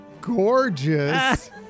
gorgeous